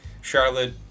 Charlotte